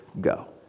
go